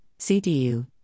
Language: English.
CDU